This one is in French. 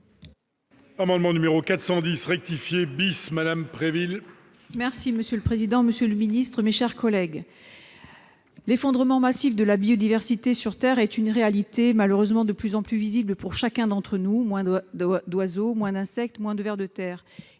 L'effondrement massif de la biodiversité sur Terre est une réalité, malheureusement de plus en plus visible pour chacun d'entre nous. Moins d'oiseaux, moins d'insectes, moins de vers de terre.